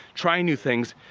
trying new things,